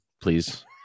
please